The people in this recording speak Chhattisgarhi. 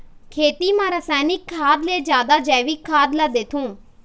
खेती म रसायनिक खाद ले जादा जैविक खाद ला देथे